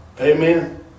Amen